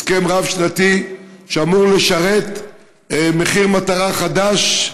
הסכם רב-שנתי, שאמור לשרת מחיר מטרה חדש,